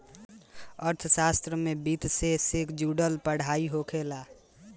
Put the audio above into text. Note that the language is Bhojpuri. अर्थशास्त्र में वित्तसे से जुड़ल पढ़ाई होखेला